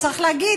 צריך להגיד